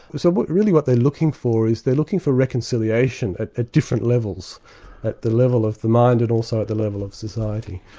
so but really what they're looking for is they're looking for reconciliation, at at different levels at the level of the mind, and also at the level of society.